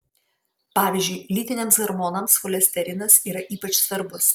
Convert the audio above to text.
pavyzdžiui lytiniams hormonams cholesterinas yra ypač svarbus